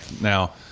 Now